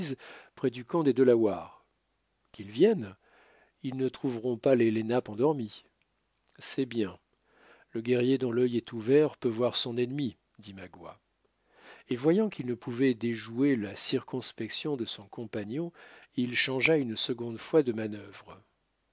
près du camp des delawares qu'ils viennent ils ne trouveront pas les lenapes endormis c'est bien le guerrier dont l'œil est ouvert peut voir son ennemi dit magua et voyant qu'il ne pouvait déjouer la circonspection de son compagnon il changea une seconde fois de